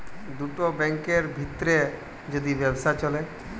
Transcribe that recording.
দুটা ব্যাংকের ভিত্রে যদি ব্যবসা চ্যলে